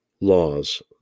laws